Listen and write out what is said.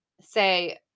say